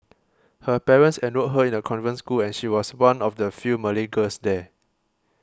her parents enrolled her in a convent school and she was one of the few Malay girls there